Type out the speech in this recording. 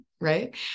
right